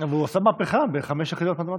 אבל הוא עשה מהפכה בחמש יחידות מתמטיקה.